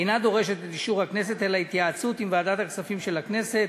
אינה דורשת את אישור הכנסת אלא התייעצות עם ועדת הכספים של הכנסת,